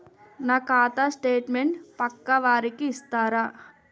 నా ఖాతా స్టేట్మెంట్ పక్కా వారికి ఇస్తరా?